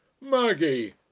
Maggie